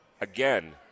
again